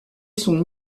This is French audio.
son